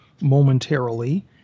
momentarily